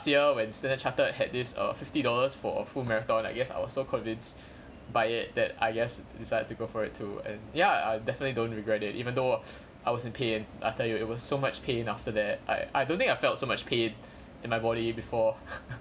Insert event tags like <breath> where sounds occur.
year when Standard Chartered had this err fifty dollars for a full marathon I guess I was so convinced by it that I guess I decided to go for it too and ya I definitely don't regret it even though <breath> I was in pain I tell you it was so much pain after that I I don't think I felt so much pain in my body before <laughs>